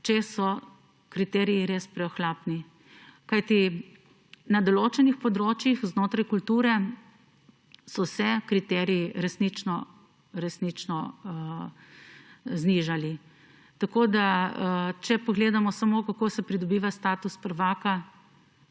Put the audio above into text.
če so kriteriji res preohlapni, kajti na določenih področjih znotraj kulture so se kriteriji resnično znižali. Če pogledamo samo, kako se pridobiva status prvaka